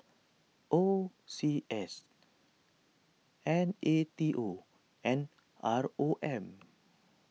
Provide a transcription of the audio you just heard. O C S N A T O and R O M